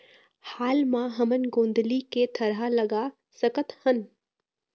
हाल मा हमन गोंदली के थरहा लगा सकतहन?